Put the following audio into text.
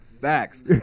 Facts